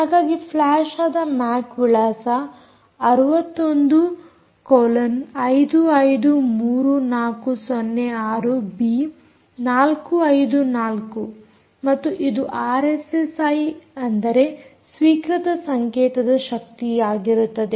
ಹಾಗಾಗಿ ಫ್ಲಾಶ್ ಆದ ಮ್ಯಾಕ್ ವಿಳಾಸ 61553406 ಬಿ 454 ಮತ್ತು ಇದು ಆರ್ಎಸ್ಎಸ್ಐ ಅಂದರೆ ಸ್ವೀಕೃತ ಸಂಕೇತದ ಶಕ್ತಿಯಾಗಿರುತ್ತದೆ